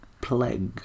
plague